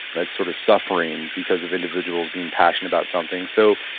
that sort of suffering because of individuals being passionate about something. so,